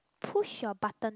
push your button